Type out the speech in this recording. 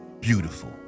beautiful